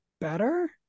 better